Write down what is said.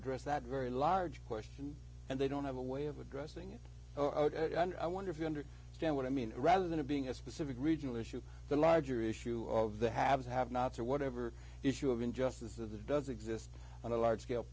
address that very large question and they don't have a way of addressing it i wonder if you under stand what i mean rather than it being a specific regional issue the larger issue of the haves and have nots or whatever is two of injustice of that does exist on a large scale